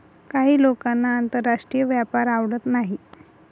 काही लोकांना आंतरराष्ट्रीय व्यापार आवडत नाही